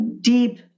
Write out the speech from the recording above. deep